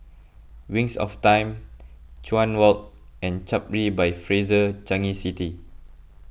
Wings of Time Chuan Walk and Capri by Fraser Changi City